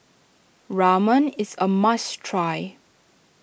Ramen is a must try